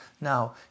Now